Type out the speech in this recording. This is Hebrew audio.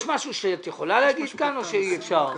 יש משהו שאת יכולה להגיד כאן או שאי שאפשר?